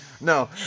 No